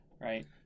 right